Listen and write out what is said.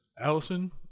allison